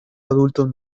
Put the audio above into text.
adultos